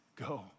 Go